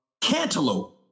cantaloupe